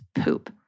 poop